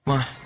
One